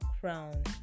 crown